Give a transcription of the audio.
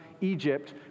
Egypt